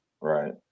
Right